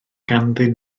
ganddyn